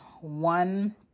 one